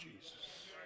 Jesus